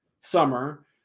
summer